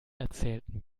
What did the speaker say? erzählten